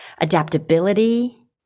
Adaptability